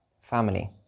family